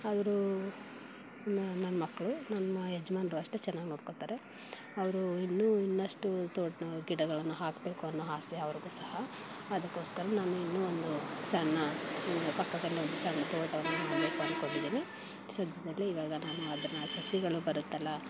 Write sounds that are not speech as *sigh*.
ಅವರು ನನ್ನ ಮಕ್ಕಳು ನಮ್ಮ ಯಜಮಾನ್ರೂ ಅಷ್ಟೇ ಚೆನ್ನಾಗಿ ನೋಡ್ಕೊಳ್ತಾರೆ ಅವರು ಇನ್ನೂ ಇನ್ನಷ್ಟು ತೋಟ ಗಿಡಗಳನ್ನು ಹಾಕಬೇಕು ಅನ್ನೋ ಆಸೆ ಅವ್ರಿಗೂ ಸಹ ಅದಕ್ಕೋಸ್ಕರ ನಾನು ಇನ್ನೂ ಒಂದು ಸಣ್ಣ ಪಕ್ಕದಲ್ಲೇ ಒಂದು ಸಣ್ಣ ತೋಟವನ್ನು *unintelligible* ಸದ್ಯದಲ್ಲಿ ಈವಾಗ ನಾನು ಅದನ್ನು ಸಸಿಗಳು ಬರುತ್ತಲ್ಲ